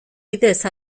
bidez